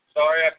sorry